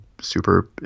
super